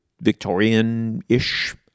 Victorian-ish